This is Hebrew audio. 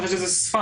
הם חשבו שזה ספאם.